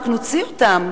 רק נוציא אותם,